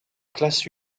classe